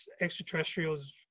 extraterrestrials